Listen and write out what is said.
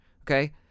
okay